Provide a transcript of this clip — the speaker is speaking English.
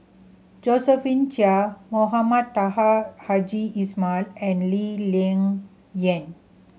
Josephine Chia Mohamed Taha Haji and Lee Ling Yen